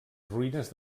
ruïnes